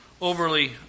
overly